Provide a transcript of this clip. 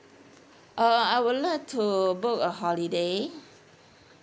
uh I would like to book a holiday